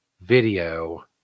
video